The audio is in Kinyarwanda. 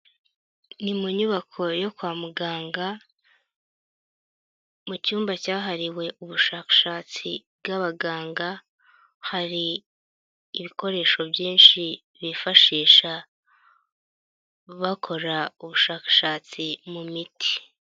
Ni mu nyubako yo kwa muganga, mu cyumba cyahariwe ubushakashatsi bw'abaganga, hari ibikoresho byinshi bifashisha bakora ubushakashatsi mu miti.